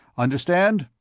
understand?